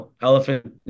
elephant